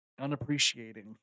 unappreciating